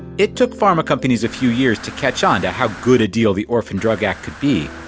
it took pharma companies a few years to catch on to how good a deal the orphan drug act could be,